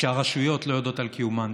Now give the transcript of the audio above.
שהרשויות לא יודעות על קיומן.